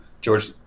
George